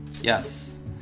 Yes